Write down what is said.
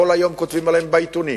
כל היום כותבים עליהם בעיתונים,